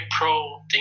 Pro